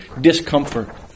discomfort